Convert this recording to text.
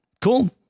Cool